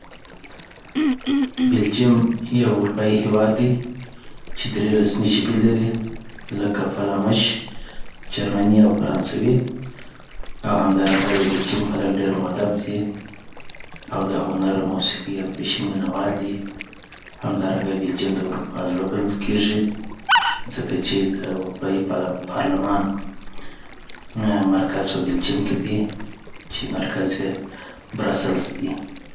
بلجیم یو اروپایی هیواد دی چي دري رسمي ژبي لري لکه، فلامش، جرمنی، او فرانسوی او همدارنګه د بلجیم خلګ ډیر مودب دي او دهنر موسیقي او فیشن مینه وال دي همدارنګه بلجیم د اروپا زړه بلل کیږی ځکه چي د اروپایی اپارتمان آ مرکز په بلجیم کي دي چي مرکز یی برسلس دي